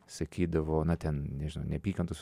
sakydavo na ten nežinau neapykantos